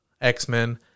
X-Men